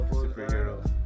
superheroes